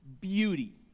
beauty